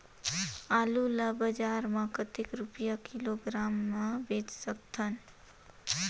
आलू ला बजार मां कतेक रुपिया किलोग्राम म बेच सकथन?